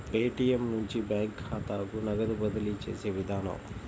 Paytm నుంచి bank ఖాతాకు నగదు బదిలీ చేసే విధానం